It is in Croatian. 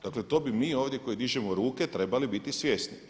Dakle to bi mi ovdje koji dižemo ruke trebali biti svjesni.